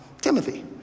Timothy